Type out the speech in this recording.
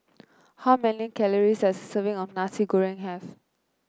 how many calories does serving of Nasi Goreng have